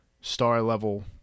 star-level